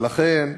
ולכן,